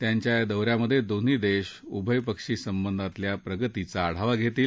त्यांच्या या दो यात दोन्ही देश उभयपक्षी संबधातल्या प्रगतीचा आढावा घेतील